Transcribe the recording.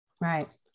Right